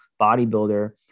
bodybuilder